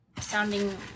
sounding